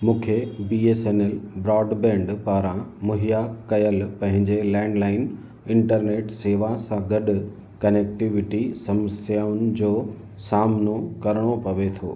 मूंखे B S N L broadband पारां मुहैया कयल पंहिंजे लैंडलाईन इंटरनेट सेवा सां गॾु कनेक्टिविटी समिसयाउनि जो सामिनो करिणो पवे थो